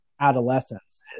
adolescence